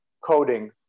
coding